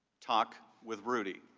talk with rudy.